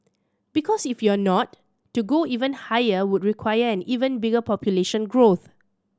because if you are not to go even higher would require an even bigger population growth